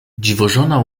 dziwożona